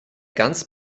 ganz